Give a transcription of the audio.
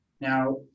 Now